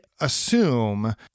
assume